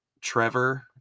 Trevor